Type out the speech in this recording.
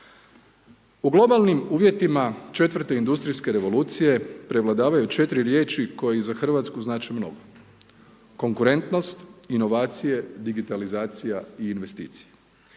U globalnim uvjetima četvrte industrijske revolucije prevladavaju 4 riječi koje za Hrvatsku znače mnogo: konkurentnost, inovacije, digitalizacija i investicija.